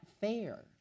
fair